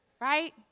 Right